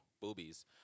Boobies